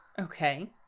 Okay